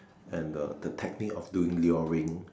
and the the technique of doing luring